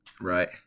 Right